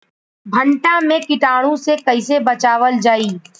भनटा मे कीटाणु से कईसे बचावल जाई?